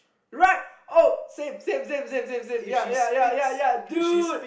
right oh same same same same same same ya ya ya ya ya dude